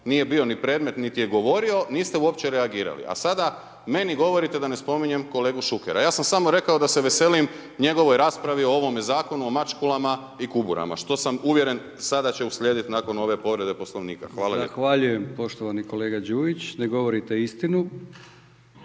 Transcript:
nije bio ni predmet niti je govorio, niste uopće reagirali. A sada meni govorite da ne spominjem kolegu Šukera. Ja sam samo rekao da se veselim njegovoj raspravi o ovom zakonu o mačkulama i kuburama. Što sam uvjeren sada će uslijedit nakon ove povrede Poslovnika. Hvala lijepo. **Brkić, Milijan (HDZ)** Zahvaljujem poštovani kolega Đujić. Ne govorite istinu,